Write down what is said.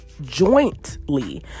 jointly